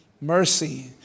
mercy